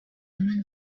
one